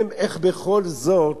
איך הם בכל זאת